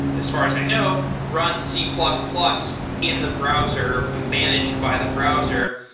as far as i know, run c plus plus in the browser managed by the browser.